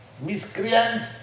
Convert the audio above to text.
miscreants